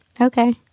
Okay